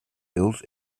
built